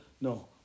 No